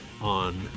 on